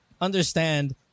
understand